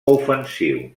ofensiu